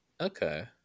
okay